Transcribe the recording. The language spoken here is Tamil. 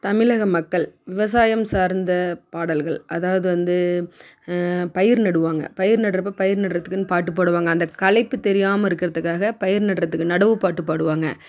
தமிழக மக்கள் விவசாயம் சார்ந்த பாடல்கள் அதாவது வந்து பயிர் நடுவாங்க பயிர் நடுகிறப்ப பயிர் நடுகிறத்துக்குனு பாட்டு பாடுவாங்க அந்த களைப்பு தெரியாமல் இருக்கிறதுக்காக பயிர் நடுகிறதுக்கு நடவு பாட்டு பாடுவாங்க